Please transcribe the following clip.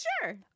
sure